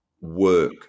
work